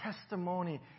testimony